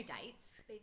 dates